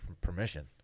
permission